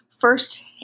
first